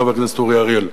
חבר הכנסת אורי אריאל.